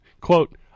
Quote